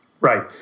Right